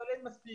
אבל אין מספיק,